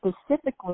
specifically